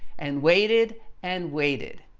and waited and waited.